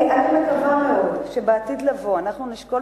אני מקווה מאוד שבעתיד לבוא אנחנו נשקול